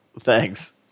Thanks